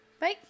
Bye